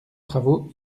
travaux